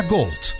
Gold